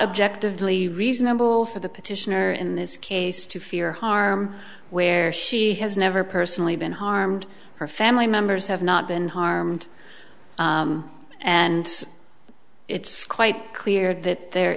objective lee reasonable for the petitioner in this case to fear harm where she has never personally been harmed her family members have not been harmed and it's quite clear that there